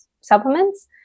supplements